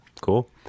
cool